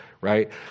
right